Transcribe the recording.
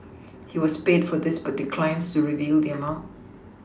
he was paid for this but declines to reveal the amount